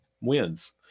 wins